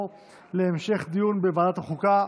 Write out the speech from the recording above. דיון בוועדת החוקה,